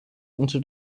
into